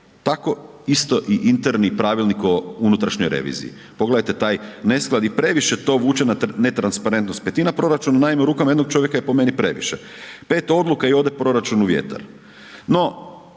Tako isto i interni pravilnik o unutrašnjoj reviziji. Pogledajte taj nesklad i previše to vuče na netransparentnost. 1/5 proračuna naime u rukama jednog čovjeka je po meni previše. 5 odluka i ode proračun u vjetar.